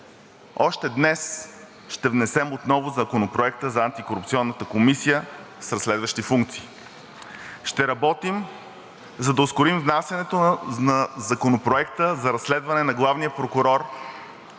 още днес ще внесем отново Законопроекта за Антикорупционната комисия с разследващи функции. Ще работим, за да ускорим внасянето на Законопроекта за разследване на главния прокурор